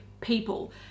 people